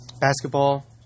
basketball